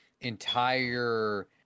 entire